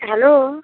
hello